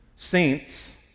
Saints